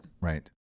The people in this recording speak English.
Right